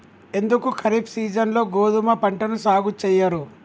ఎందుకు ఖరీఫ్ సీజన్లో గోధుమ పంటను సాగు చెయ్యరు?